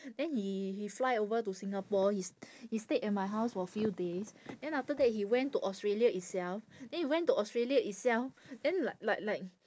then he he fly over to singapore he he stayed at my house for few days then after that he went to australia itself then he went to australia itself then like like like